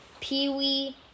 Peewee